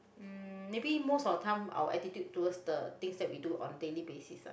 um maybe most of the time our attitude towards the things that we do on daily basis ah